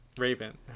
raven